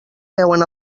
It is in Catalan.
veuen